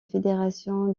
fédération